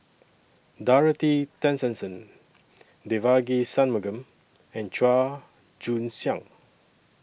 Dorothy Tessensohn Devagi Sanmugam and Chua Joon Siang